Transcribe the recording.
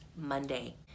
Monday